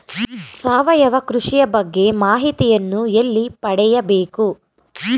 ಸಾವಯವ ಕೃಷಿಯ ಬಗ್ಗೆ ಮಾಹಿತಿಯನ್ನು ಎಲ್ಲಿ ಪಡೆಯಬೇಕು?